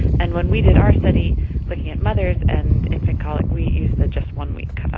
and when we did our study looking at mothers and infant colic we used the just one week cut-off.